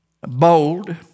bold